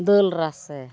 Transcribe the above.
ᱫᱟᱹᱞ ᱨᱟᱥᱮ